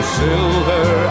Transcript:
silver